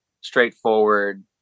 straightforward